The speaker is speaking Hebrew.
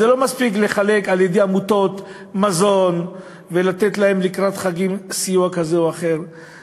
לא מספיק לחלק מזון על-ידי עמותות ולתת להם סיוע כזה או אחר לקראת חגים.